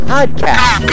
Podcast